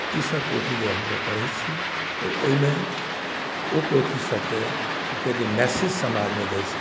ईसभ पोथी जे हमसभ पढ़ैत छी तऽ ओहिमे ओ पोथी सभके के जे मैसेज समाजमे जाइत छै